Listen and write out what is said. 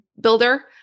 builder